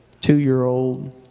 two-year-old